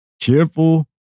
cheerful